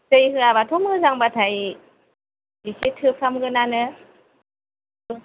दै होआबाथ' मोजांबाथाय एसे थोफ्रामगोनानो